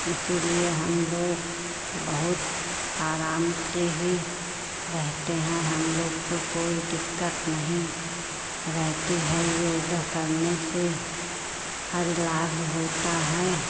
इसीलिए हम लोग बहुत आराम से ही रहते हैं हम लोग को कोई दिक़्क़त नहीं रहती है योग करने से हर लाभ होता है